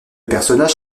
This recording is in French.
personnage